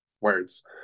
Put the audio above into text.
words